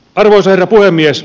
arvoisa herra puhemies